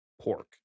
pork